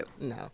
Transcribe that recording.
no